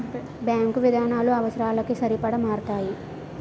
bank విధానాలు అవసరాలకి సరిపడా మారతాయి